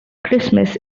christmas